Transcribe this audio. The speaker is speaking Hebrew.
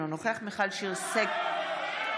בעד מיכל שיר סגמן,